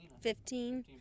Fifteen